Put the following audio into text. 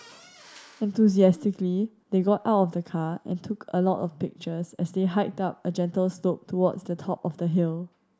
enthusiastically they got out of the car and took a lot of pictures as they hiked up a gentle slope towards the top of the hill